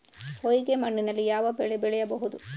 ಹೊಯ್ಗೆ ಮಣ್ಣಿನಲ್ಲಿ ಯಾವ ಬೆಳೆ ಬೆಳೆಯಬಹುದು?